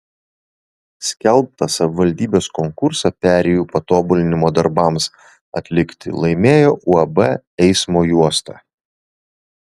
skelbtą savivaldybės konkursą perėjų patobulinimo darbams atlikti laimėjo uab eismo juosta